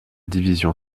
division